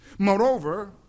Moreover